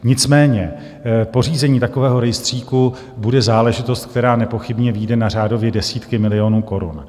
Nicméně pořízení takového rejstříku bude záležitost, která nepochybně vyjde na řádově desítky milionů korun.